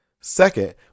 Second